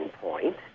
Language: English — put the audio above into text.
point